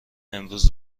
امروز